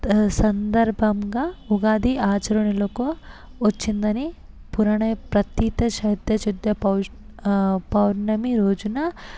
సందర్భంగా ఉగాది ఆచరణలోకి వచ్చిందని పురాణం ప్రతిత చైత్ర శుద్ధ పౌ పౌర్ణమి రోజున